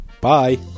Bye